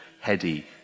heady